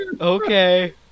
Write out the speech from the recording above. Okay